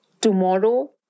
tomorrow